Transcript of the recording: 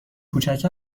کوچک